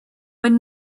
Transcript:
would